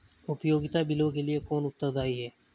उपयोगिता बिलों के लिए कौन उत्तरदायी है?